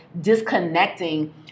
disconnecting